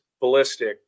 ballistic